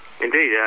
Indeed